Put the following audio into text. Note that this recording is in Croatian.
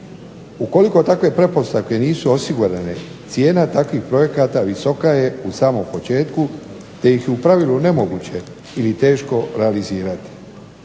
Ukoliko takve pretpostavke nisu osigurane cijena takvih projekata visoka je u samom početku te ih je u pravilu nemoguće ili teško realizirati.